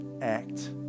act